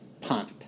Pump